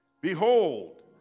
Behold